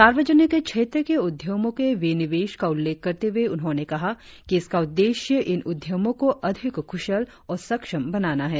सार्वजनिक क्षेत्र के उद्यमों के विनिवेश का उल्लेख करते हुए उन्होंने कहा कि इसका उद्देश्य इन उद्यमों को अधिक कुशल और सक्षम बनाना है